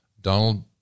Donald